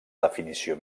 definició